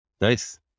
Nice